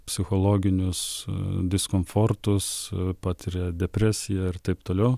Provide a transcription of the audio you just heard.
psichologinius diskomfortus patiria depresiją ir taip toliau